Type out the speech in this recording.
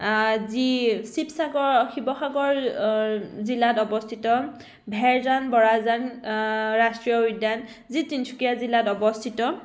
যি শিৱসাগৰ শিৱসাগৰ জিলাত অৱস্থিত ভেঁৰজান বৰাজান ৰাষ্ট্ৰীয় উদ্যান যি তিনিচুকীয়া জিলাত অৱস্থিত